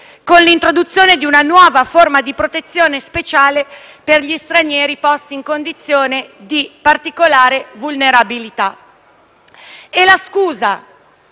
con l'introduzione di una nuova forma di protezione speciale per gli stranieri posti in condizione di particolare vulnerabilità.